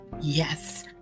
Yes